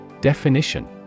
Definition